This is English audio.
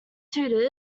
tutors